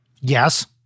Yes